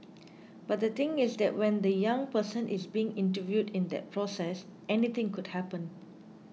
but the thing is that when the young person is being interviewed in that process anything could happen